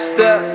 Step